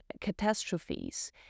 catastrophes